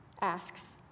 asks